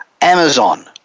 Amazon